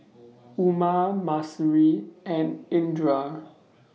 Umar Mahsuri and Indra